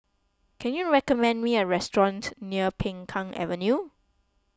can you recommend me a restaurant near Peng Kang Avenue